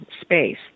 space